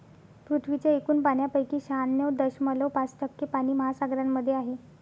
पृथ्वीच्या एकूण पाण्यापैकी शहाण्णव दशमलव पाच टक्के पाणी महासागरांमध्ये आहे